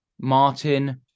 Martin